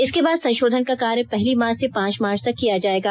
इसके बाद संशोधन का कार्य पहली मार्च से पांच मार्च तक किया जाएगा